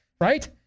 Right